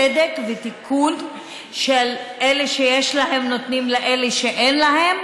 צדק ותיקון לאלה שיש להם שנותנים לאלה שאין להם,